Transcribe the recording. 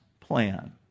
plan